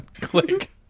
click